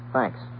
Thanks